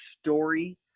story